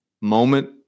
moment